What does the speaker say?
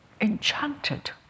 enchanted